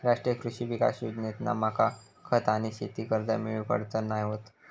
राष्ट्रीय कृषी विकास योजनेतना मका खत आणि शेती कर्ज मिळुक अडचण नाय होत